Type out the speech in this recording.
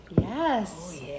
Yes